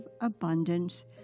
abundance